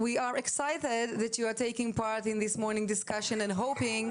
תודה רבה על הנכונות שלך להשתתף בדיון שלנו בוועדת העבודה והרווחה,